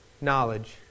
knowledge